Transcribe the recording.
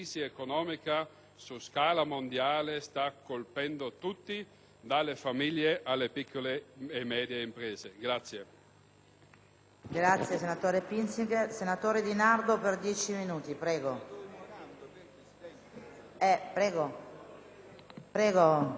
su scala mondiale sta colpendo tutti, dalle famiglie alle piccole e medie imprese.